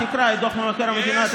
תקרא את דוח מבקר המדינה,